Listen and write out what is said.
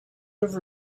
have